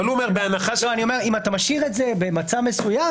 אבל הוא אומר: בהנחה --- אם אתה משאיר את זה במצע מסוים,